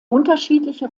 unterschiedliche